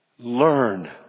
Learn